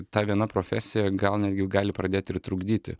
ta viena profesija gal netgi gali pradėti ir trukdyti